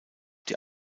die